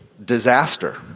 Disaster